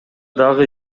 дагы